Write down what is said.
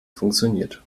funktioniert